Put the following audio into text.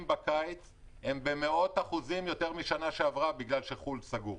בקיץ הם במאות אחוזים יותר משנה שעברה בגלל שחו"ל סגור.